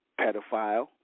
pedophile